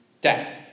death